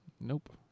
Nope